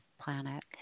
planet